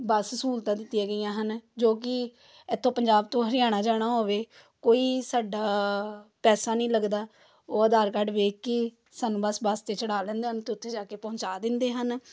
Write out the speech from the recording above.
ਬੱਸ ਸਹੂਲਤਾਂ ਦਿੱਤੀਆਂ ਗਈਆਂ ਹਨ ਜੋ ਕਿ ਇੱਥੋਂ ਪੰਜਾਬ ਤੋਂ ਹਰਿਆਣਾ ਜਾਣਾ ਹੋਵੇ ਕੋਈ ਸਾਡਾ ਪੈਸਾ ਨਹੀਂ ਲੱਗਦਾ ਉਹ ਆਧਾਰ ਕਾਰਡ ਵੇਖ ਕੇ ਸਾਨੂੰ ਬਸ ਵਾਸਤੇ ਚੜ੍ਹਾ ਲੈਂਦੇ ਹਨ ਅਤੇ ਉੱਥੇ ਜਾ ਕੇ ਪਹੁੰਚਾ ਦਿੰਦੇ ਹਨ